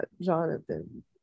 Jonathan